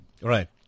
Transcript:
Right